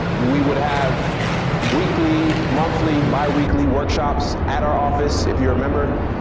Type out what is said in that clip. we would have weekly, monthly, bi-weekly workshops at our office if you're a member.